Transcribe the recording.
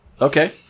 okay